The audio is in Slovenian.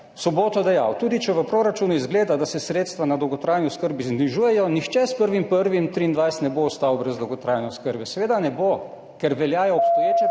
soboto dejal, tudi če v proračunu izgleda, da se sredstva na dolgotrajni oskrbi znižujejo, nihče s 1. 1. 2023 ne bo ostal brez dolgotrajne oskrbe. Seveda ne bo, ker veljajo obstoječe